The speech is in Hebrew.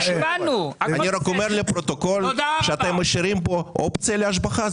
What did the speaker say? אני רק אומר לפרוטוקול שאתם משאירים פה אופציה להשבחה,